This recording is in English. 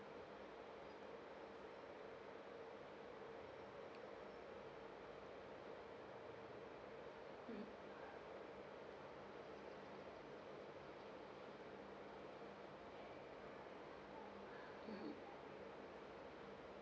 mm mmhmm